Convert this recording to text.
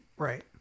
Right